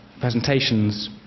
presentations